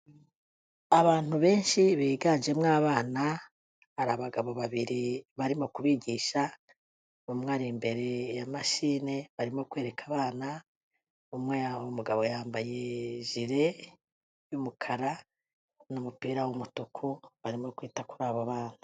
Abantu benshi biganjemo abana, hari abagabo babiri barimo kubigisha, umwe ari imbere ya mashine arimo kwereka abana, umwe, umugabo yambaye ijire y'umukara n'umupira w'umutuku barimo kwita kuri abo bana.